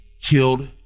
killed